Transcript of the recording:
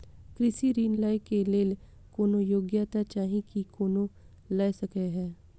कृषि ऋण लय केँ लेल कोनों योग्यता चाहि की कोनो लय सकै है?